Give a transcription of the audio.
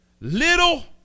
little